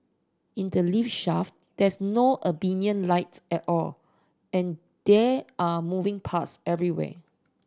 in the lift shaft there's no ambient lights at all and there are moving parts everywhere